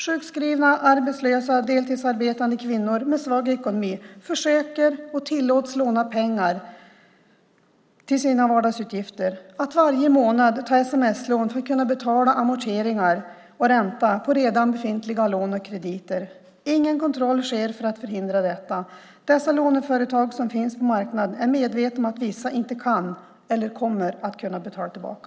Sjukskrivna, arbetslösa, deltidsarbetande kvinnor med svag ekonomi försöker och tillåts låna pengar till sina vardagsutgifter, att varje månad ta sms-lån för att kunna betala amorteringar och ränta på redan befintliga lån och krediter. Ingen kontroll sker för att förhindra detta. Dessa låneföretag som finns på marknaden är medvetna om att vissa inte kan eller kommer att kunna betala tillbaka.